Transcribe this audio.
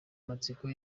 matsinda